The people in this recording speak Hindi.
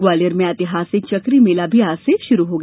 ग्वालियर में एतिहासिक चकरी मेला भी आज से प्रारंभ हो गया